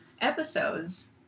episodes